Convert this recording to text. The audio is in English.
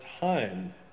time